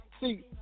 See